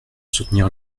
soutenir